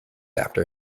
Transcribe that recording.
after